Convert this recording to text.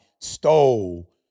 stole